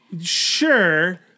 sure